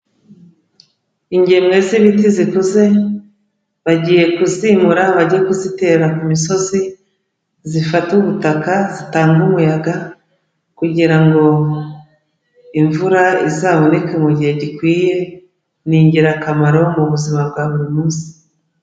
Ingemwe z'ibiti zikuze bagiye kuzimura bajye kuzitera ku misozi zifata ubutaka, zitanga umuyaga kugira ngo imvura izaboneke mu gihe gikwiye, ni ingirakamaro mu buzima bwa buri munsi.